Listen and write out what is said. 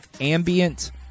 ambient